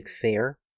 Fair